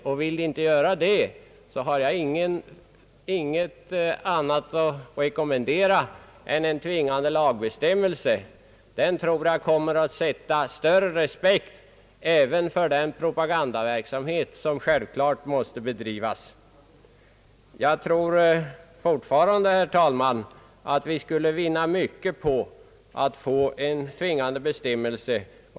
Vill fotgängarna inte göra det, har jag inget annat att rekommendera än en tvingande lagbestämmelse. En sådan tror jag kommer att medföra större respekt även för den propagandaverksamhet som självklart måste bedrivas. Jag tror fortfarande, herr talman, att vi skulle vinna mycket på att få en tvingande bestämmelse.